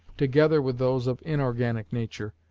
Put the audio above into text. together with those of inorganic nature,